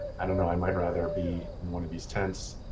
i don't know. i might rather be in one of these tents.